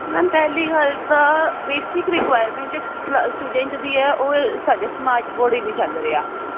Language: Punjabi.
ਮੈਮ ਪਹਿਲੀ ਗੱਲ ਤਾਂ ਬੇਸਿਕ ਰਿਕੁਆਇਰਮੈਂਟ ਜੋ ਕਲਾ ਸਟੂਡੈਂਟ ਦੀ ਐ ਉਹ ਸਾਡੇ ਸਮਾਟ ਬੋਰਡ ਈ ਨੀ ਚੱਲ ਰਿਆ